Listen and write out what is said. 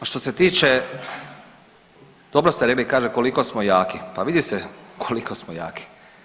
Što se tiče, dobro ste rekli kaže: „Koliko smo jaki.“, pa vidi se koliko smo jaki.